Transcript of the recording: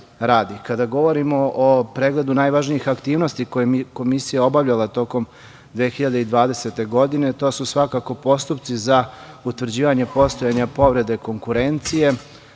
radi. Kada govorimo o pregledu najvažnijih aktivnosti koje je Komisija obavljala tokom 2020. godine, to su svakako postupci za utvrđivanje postojanja povrede konkurencije,